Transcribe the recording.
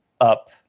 up